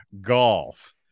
golf